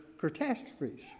catastrophes